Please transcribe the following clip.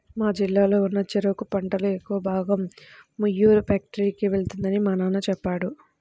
మా జిల్లాలో ఉన్న చెరుకు పంటలో ఎక్కువ భాగం ఉయ్యూరు ఫ్యాక్టరీకే వెళ్తుందని మా నాన్న చెప్పాడు